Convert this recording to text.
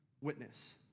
witness